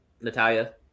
Natalia